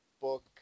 book